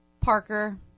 Parker